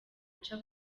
aca